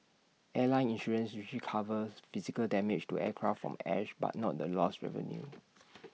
airline insurance usually covers physical damage to aircraft from ash but not the lost revenue